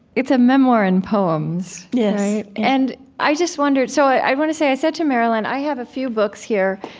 it's a memoir in poems, right? yes and i just wondered so i want to say, i said to marilyn i have a few books here.